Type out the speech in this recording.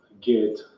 get